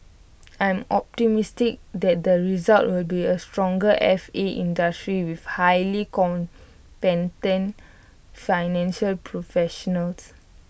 I'm optimistic that the result will be A stronger F A industry with highly financial professionals